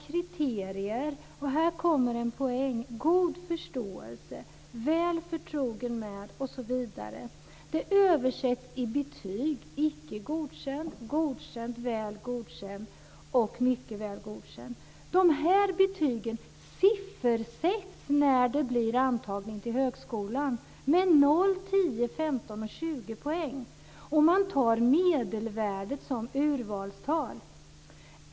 Kriterier som - här kommer en poäng - "god förståelse", "väl förtrogen med" osv. översätts i betygen Icke godkänd, Godkänd, Väl godkänd och Mycket väl godkänd. De här betygen siffersätts när det blir antagning till högskolan med 0, 10, 15 och 20 poäng, och man tar medelvärdet som urvalstal.